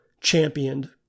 championed